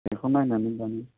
बेखौ नायनानै बानायसै